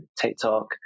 TikTok